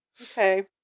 Okay